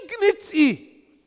Dignity